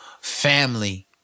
family